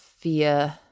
fear